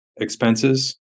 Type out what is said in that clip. expenses